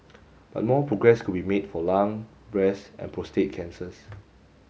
but more progress could be made for lung breast and prostate cancers